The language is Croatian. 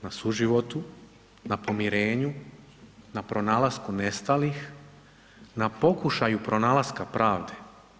Na suživotu, na pomirenju, na pronalasku nestalih, na pokušaju pronalaska pravde.